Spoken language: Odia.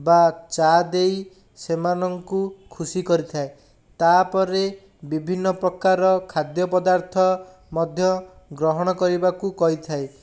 ବା ଚା' ଦେଇ ସେମାନଙ୍କୁ ଖୁସି କରିଥାଏ ତାପରେ ବିଭିନ୍ନ ପ୍ରକାର ଖାଦ୍ୟପଦାର୍ଥ ମଧ୍ୟ ଗ୍ରହଣ କରିବାକୁ କହିଥାଏ